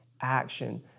action